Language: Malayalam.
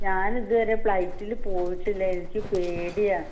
ഞാനിതുവരെ ഫ്ലൈറ്റില് പോയിട്ടില്ല എനിക്ക് പേടിയാണ്